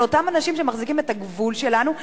של אותם אנשים שמחזיקים את הגבול שלנו,